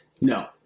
No